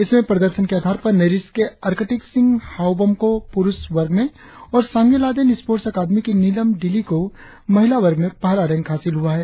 इसमें प्रदर्शन के आधार पर नेरिस्ट के अर्कटिक सिंह हाओबम को पुरुष वर्ग में और सांगे लाहदेन स्पोर्ट्स अकादमी की नीलम डिली को महिला वर्ग में पहला रैंक हासिल हुआ है